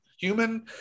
human